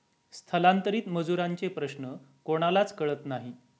स्थलांतरित मजुरांचे प्रश्न कोणालाच कळत नाही